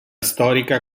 storica